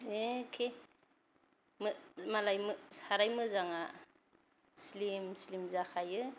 एखे मालाय साराय मोजाङा स्लिम स्लिम जाखायो